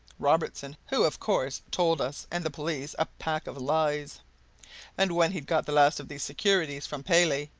robertson, who, of course, told us and the police a pack of lies and when he'd got the last of these securities from paley,